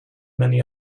many